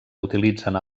utilitzen